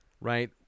right